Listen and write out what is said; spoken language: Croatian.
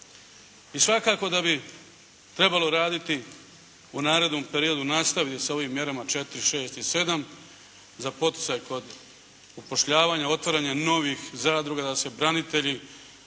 I svakako da bi trebalo raditi u narednom periodu, nastaviti sa ovim mjerama 4, 6 i 7 za poticaj kod upošljavanja i otvaranja novih zadruga da se branitelji